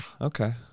okay